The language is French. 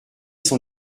son